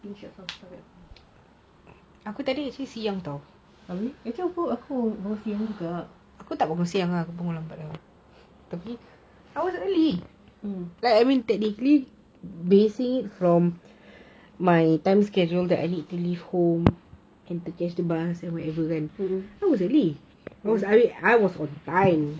I was stuck at home apa tu actually aku aku mahu see yang tu juga mm mmhmm